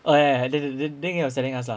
oh ya I d~ d~ d~ ding was telling us lah